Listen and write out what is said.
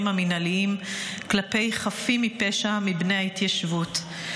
המינהליים כלפי חפים מפשע מבני ההתיישבות.